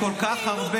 יש כל כך הרבה,